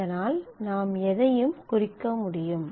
அதனால் நாம் எதையும் குறிக்க முடியும்